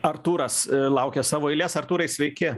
artūras laukia savo eilės artūrai sveiki